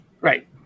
Right